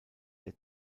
der